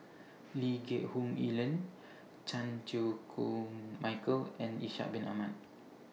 Lee Geck Hoon Ellen Chan Chew Koon Michael and Ishak Bin Ahmad